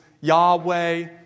Yahweh